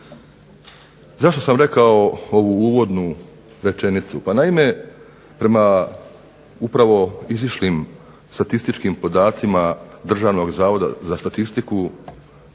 Zašto sam rekao ovu uvodnu rečenicu? Pa naime, prema upravo izišlim statističkim podacima Državnog zavoda za statistiku,